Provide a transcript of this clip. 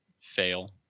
fail